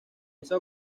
esa